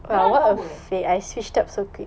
dia orang ada power eh